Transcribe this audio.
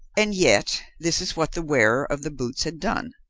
and yet this is what the wearer of the boots had done.